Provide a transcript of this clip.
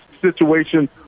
situation